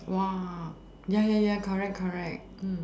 !wah! ya ya ya correct correct mm